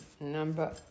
number